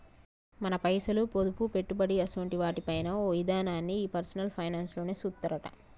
మన పైసలు, పొదుపు, పెట్టుబడి అసోంటి వాటి పైన ఓ ఇదనాన్ని ఈ పర్సనల్ ఫైనాన్స్ లోనే సూత్తరట